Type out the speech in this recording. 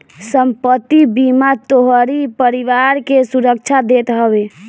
संपत्ति बीमा तोहरी परिवार के सुरक्षा देत हवे